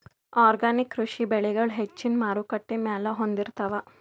organic ಕೃಷಿ ಬೆಳಿಗಳು ಹೆಚ್ಚಿನ್ ಮಾರುಕಟ್ಟಿ ಮೌಲ್ಯ ಹೊಂದಿರುತ್ತಾವ